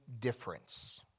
difference